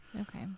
Okay